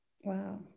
Wow